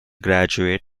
graduate